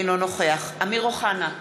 אינו נוכח אמיר אוחנה,